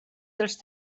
dels